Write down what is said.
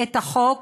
את החוק